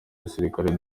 gisirikare